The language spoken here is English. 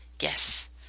Yes